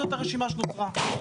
זאת הרשימה שנותרה.